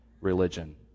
religion